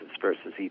versus